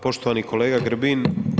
Poštovani kolega Grbin.